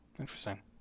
Interesting